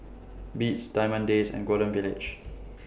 Beats Diamond Days and Golden Village